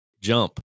jump